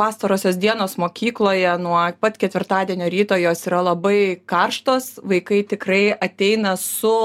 pastarosios dienos mokykloje nuo pat ketvirtadienio ryto jos yra labai karštos vaikai tikrai ateina su